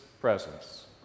presence